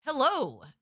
Hello